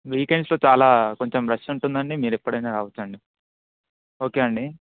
వీకెండ్స్లో చాలా కొంచెం రష్ ఉంటుంది అండి మీరు ఎప్పుడైనా రావచ్చు అండి ఓకే అండి